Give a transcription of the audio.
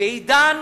רק בעידן